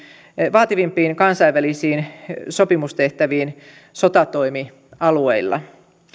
vaativimpiin kansainvälisiin sotilasaputehtäviin sotatoimialueilla